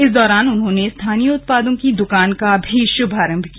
इस दौरान उन्होंने स्थानीय उत्पादों की दुकान का का भी शुभारंभ किया